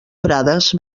prades